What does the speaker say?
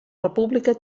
república